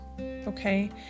okay